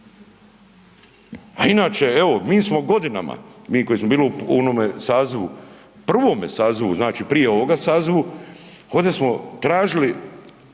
a inače evo mi smo godinama, mi koji smo bili u onome sazivu, prvome sazivu, znači prije ovoga sazivu, ovdje smo tražili